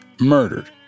murdered